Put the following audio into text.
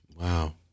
Wow